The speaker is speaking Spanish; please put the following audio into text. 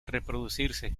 reproducirse